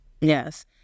Yes